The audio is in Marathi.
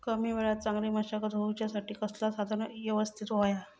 कमी वेळात चांगली मशागत होऊच्यासाठी कसला साधन यवस्तित होया?